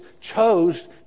chose